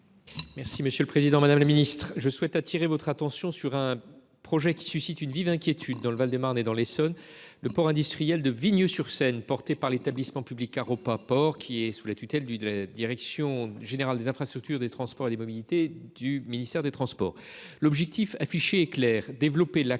chargé des transports. Madame la ministre, j’attire votre attention sur un projet qui suscite une vive inquiétude dans le Val de Marne et dans l’Essonne : le port industriel de Vigneux sur Seine, porté par l’établissement public Haropa Port, placé sous la tutelle de la direction générale des infrastructures, des transports et des mobilités (DGITM) du ministère des transports. L’objectif affiché est clair : développer